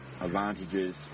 advantages